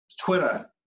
Twitter